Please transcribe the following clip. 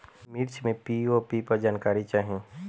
मिर्च मे पी.ओ.पी पर जानकारी चाही?